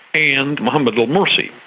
and mohammed ah morsi.